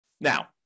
Now